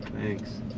Thanks